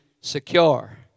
secure